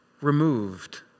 Removed